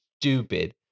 stupid